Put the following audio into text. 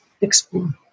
explore